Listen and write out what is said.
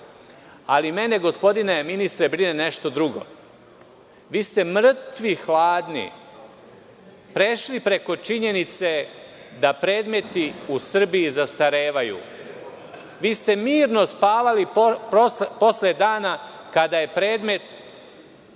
to? Ali, mene, gospodine ministre, brine nešto drugo. Vi ste mrtvi hladni prešli preko činjenice da predmeti u Srbiji zastarevaju. Vi ste mirno spavali posle dana kada je predmet